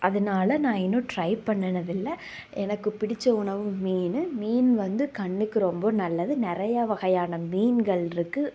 அதனால நான் இன்னும் டிரை பண்ணினதில்ல எனக்கு பிடித்த உணவு மீன் மீன் வந்து கண்ணுக்கு ரொம்ப நல்லது நிறையா வகையான மீன்கள்ருக்கு